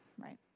right